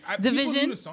Division